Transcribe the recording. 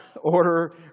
order